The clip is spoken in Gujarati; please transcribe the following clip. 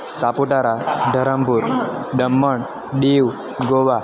સાપુતારા ધરમપૂર દમણ દીવ ગોવા